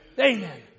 Amen